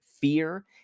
fear